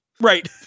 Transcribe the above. Right